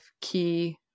key